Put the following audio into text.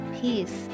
peace